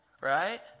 right